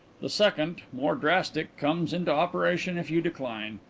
the second, more drastic, comes into operation if you decline.